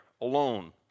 alone